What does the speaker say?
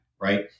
right